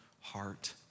heart